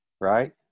Right